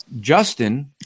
Justin